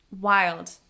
wild